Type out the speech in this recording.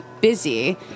busy